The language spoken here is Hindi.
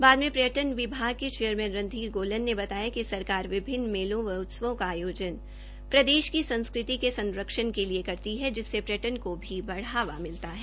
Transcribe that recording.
बाद में पर्यटन विभाग के चेयरमैन रंधीर गोलन ने बताया कि सरकार विभिन्न मेलों व उत्सवों का आयोजन प्रदेश की संस्कृति के संरक्षण के लिए करती है जिससे पर्यटन को पर्यटन को भी बढ़ावा मिलता है